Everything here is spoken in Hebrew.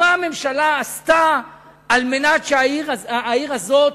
מה הממשלה עשתה על מנת שהעיר הזאת,